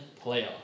playoff